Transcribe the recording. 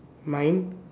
mind